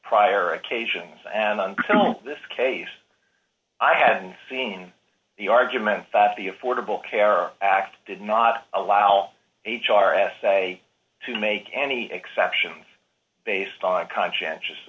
prior occasions and on this case i haven't seen the argument that the affordable care act did not allow h r essay to make any exceptions based on conscientious